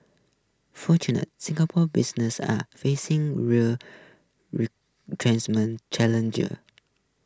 fortunate Singapore businesses are facing real challenger